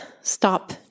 stop